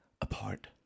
apart